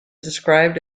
described